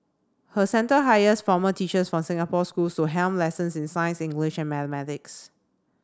her centre hires former teachers from Singapore schools to helm lessons in science English and mathematics